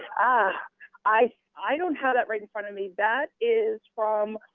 ah i i don't have that right in front of me. that is from,